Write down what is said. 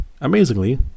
Amazingly